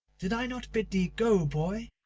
did i not bid thee go, boy?